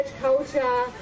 culture